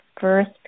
first